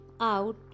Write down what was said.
out